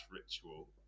ritual